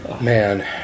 man